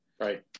right